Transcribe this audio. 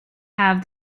have